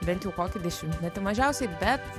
bent jau kokį dešimtmetį mažiausiai bet